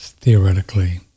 Theoretically